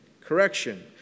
correction